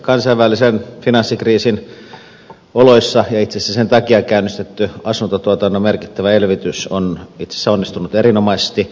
kansainvälisen finanssikriisin oloissa ja itse asiassa sen takia käynnistetty asuntotuotannon merkittävä elvytys on itse asiassa onnistunut erinomaisesti